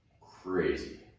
crazy